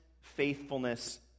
faithfulness